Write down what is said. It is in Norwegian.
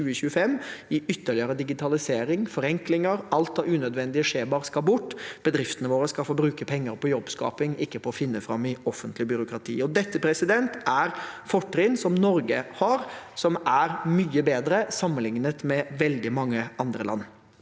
i ytterligere digitalisering og for enklinger. Alt av unødvendige skjemaer skal bort – bedriftene våre skal få bruke penger på jobbskaping, ikke på å finne fram i offentlig byråkrati. Dette er fortrinn Norge har som er mye bedre sammenlignet med veldig mange andre land.